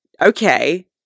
Okay